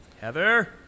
Heather